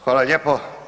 Hvala lijepo.